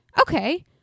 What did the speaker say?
okay